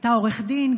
אתה עורך דין,